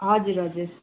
हजुर हजुर